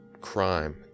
crime